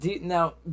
now